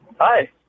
hi